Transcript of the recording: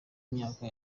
myaka